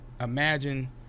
imagine